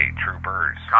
troopers